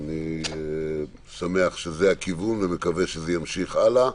אני שמח שזה הכיוון ומקווה שזה ימשיך הלאה.